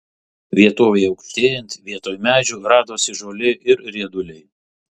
vietovei aukštėjant vietoj medžių radosi žolė ir rieduliai